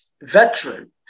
veteran